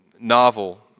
novel